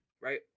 right